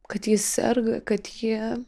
kad ji serga kad ji